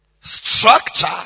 structure